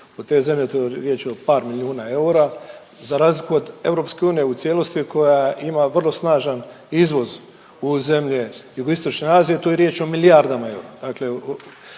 u te zemlje riječ je o par milijuna eura za razliku od EU u cijelosti koja ima vrlo snažan izvoz u zemlje Jugoistočne Azije, tu je riječ o milijardama eura.